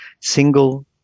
single